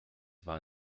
war